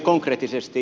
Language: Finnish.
konkreettisesti